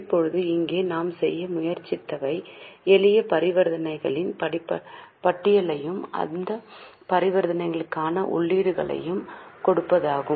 இப்போது இங்கே நாம் செய்ய முயற்சித்தவை எளிய பரிவர்த்தனைகளின் பட்டியலையும் அந்த பரிவர்த்தனைகளுக்கான உள்ளீடுகளையும் கொடுப்பதாகும்